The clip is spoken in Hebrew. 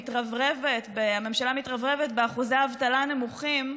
שהממשלה מתרברבת באחוזי אבטלה נמוכים,